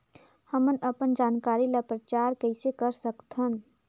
हमन अपन जानकारी ल प्रचार कइसे कर सकथन?